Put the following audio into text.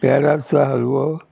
पेराचो हालवो